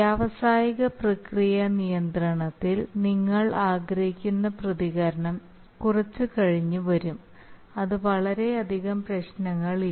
വ്യാവസായിക പ്രക്രിയ നിയന്ത്രണത്തിൽ നിങ്ങൾ ആഗ്രഹിക്കുന്ന പ്രതികരണം കുറച്ച് കഴിഞ്ഞ് വരും അത് വളരെയധികം പ്രശ്നങ്ങളില്ല